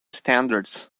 standards